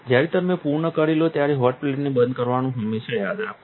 જ્યારે તમે પૂર્ણ કરી લો ત્યારે હોટ પ્લેટને બંધ કરવાનું હંમેશાં યાદ રાખો